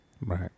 Right